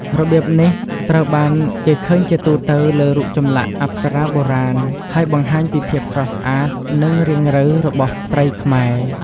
របៀបនេះត្រូវបានគេឃើញជាទូទៅលើរូបចម្លាក់អប្សរាបុរាណ ហើយបង្ហាញពីភាពស្រស់ស្អាត និងរាងរៅរបស់ស្ត្រីខ្មែរ។